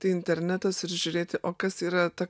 tai internetas ir žiūrėti o kas yra ta